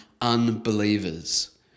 unbelievers